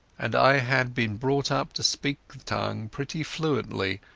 and i had been brought up to speak the tongue pretty fluently,